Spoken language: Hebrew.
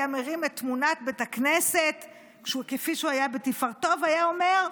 היה מרים את תמונת בית הכנסת כפי שהוא היה בתפארתו והיה אומר: